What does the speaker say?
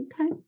Okay